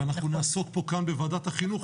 ואנחנו נעסוק פה כאן בוועדת החינוך,